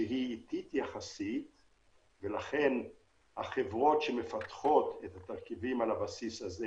שהשיטה איטית יחסית ולכן החברות שמפתחות את התרכיבים על הבסיס הזה,